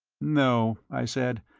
no, i said.